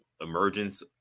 emergence